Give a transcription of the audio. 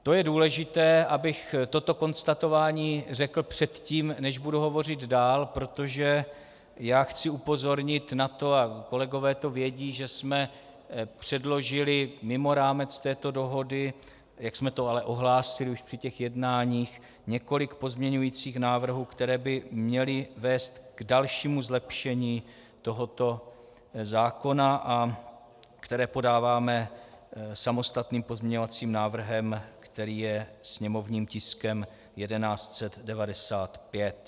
To je důležité, abych toto konstatování řekl předtím, než budu hovořit dál, protože chci upozornit na to, a kolegové to vědí, že jsme předložili mimo rámec této dohody, jak jsme to ale ohlásili už při těch jednáních, několik pozměňovacích návrhů, které by měly vést k dalšímu zlepšení tohoto zákona a které podáváme samostatným pozměňovacím návrhem, který je sněmovním tiskem 1195.